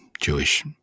Jewish